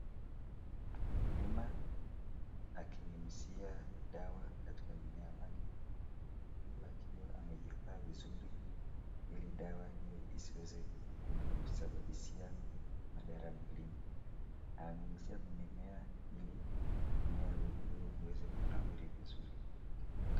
Mkulima akinyunyizia dawa katika mimea wake, huku akiwa amejivaa vizuri ili dawa hiyo isiweze kumsababishia madhara mwilini. Ananyunyizia mimea ili mimea huyo uweze kunawiri vizuri.